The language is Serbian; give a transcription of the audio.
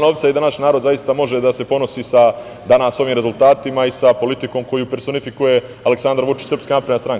novca i da naš narod zaista može da se ponosi sa danas ovim rezultatima i sa politikom koju personifikuje Aleksandar Vučić i SNS.